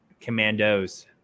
commandos